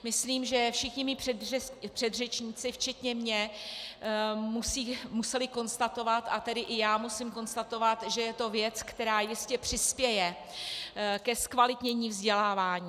Myslím, že všichni moji předřečníci včetně mě museli konstatovat, a tedy i já musím konstatovat, že je to věc, která jistě přispěje ke zkvalitnění vzdělávání.